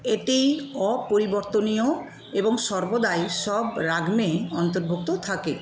এটি অপরিবর্তনীয় এবং সর্বদাই সব অন্তর্ভুক্ত থাকে